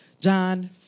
John